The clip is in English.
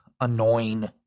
annoying